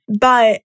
But-